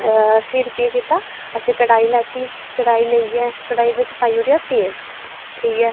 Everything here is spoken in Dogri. फिर केह् कीता असें कड़ाही लैत्ती कड़ाही लेईयै कड़ाही बिच्च पाई ओड़ेआ तेल ठीक ऐ